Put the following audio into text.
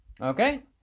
Okay